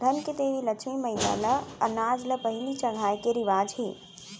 धन के देवी लक्छमी मईला ल अनाज ल पहिली चघाए के रिवाज हे